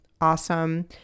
awesome